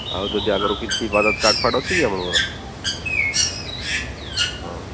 ଆଉ ଯଦି ଆଗରୁ କିଛି ବଜାଜ୍ କାର୍ଡ଼ଫାର୍ଡ଼ ଅଛି ଆପଣଙ୍କର